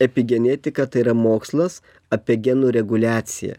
epigenetika tai yra mokslas apie genų reguliaciją